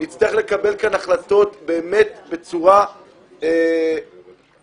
נצטרך לקבל החלטות בצורה אחראית,